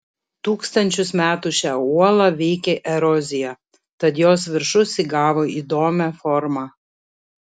tūkstančius metų šią uolą veikė erozija tad jos viršus įgavo įdomią formą